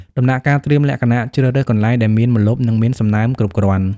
ដំណាក់កាលត្រៀមលក្ខណៈជ្រើសរើសកន្លែងដែលមានម្លប់ និងមានសំណើមគ្រប់គ្រាន់។